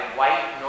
white